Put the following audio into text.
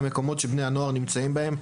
למקומות בהם נמצאים בני הנוער,